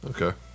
Okay